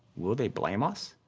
will they blame us?